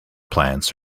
plants